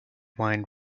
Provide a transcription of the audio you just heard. wine